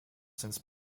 since